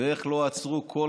ואיך לא עצרו כל